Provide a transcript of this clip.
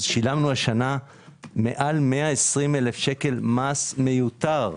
שילמנו השנה מעל 120,000 שקל מס מיותר.